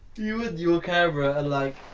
you and your camera are, like.